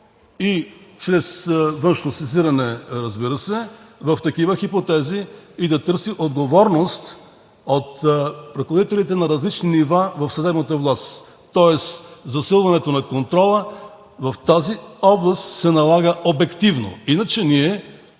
и чрез външно сезиране, разбира се, в такива хипотези и да търси отговорност от ръководителите на различни нива в съдебната власт. Тоест засилването на контрола в тази област се налага обективно, иначе ние